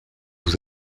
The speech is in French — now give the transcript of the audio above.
vous